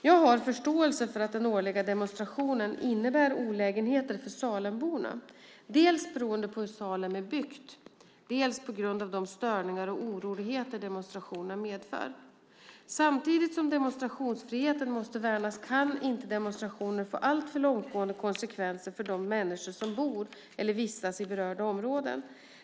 Jag har förståelse för att den årliga demonstrationen innebär olägenheter för Salemborna, dels beroende på hur Salem är byggt, dels på grund av de störningar och oroligheter demonstrationerna medför. Samtidigt som demonstrationsfriheten måste värnas kan inte demonstrationer få alltför långtgående konsekvenser för de människor som bor och vistas i de berörda områdena.